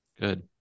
Good